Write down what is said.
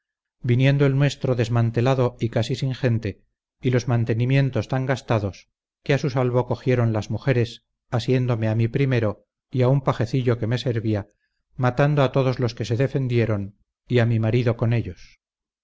viniendo el nuestro desmantelado y casi sin gente y los mantenimientos tan gastados que a su salvo cogieron las mujeres asiéndome a mí primero y a un pajecillo que me servía matando a todos los que se defendieron ya mi marido con ellos